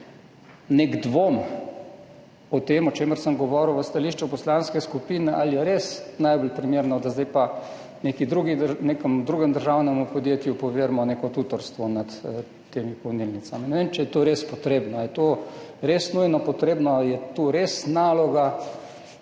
nek dvom o tem, o čemer sem govoril v stališču poslanske skupine, ali je res najbolj primerno, da zdaj nekemu drugem državnemu podjetju poverimo neko tutorstvo nad temi polnilnicami. Ne vem, če je to res potrebno. Ali je to res nujno potrebno, ali je to res naloga